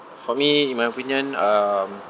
for me in my opinion um